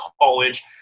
college